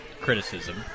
criticism